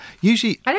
usually